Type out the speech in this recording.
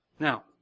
Now